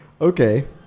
Okay